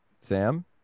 sam